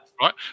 Right